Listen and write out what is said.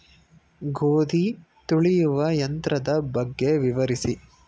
ಗೋಧಿ ತುಳಿಯುವ ಯಂತ್ರದ ಬಗ್ಗೆ ವಿವರಿಸಿ?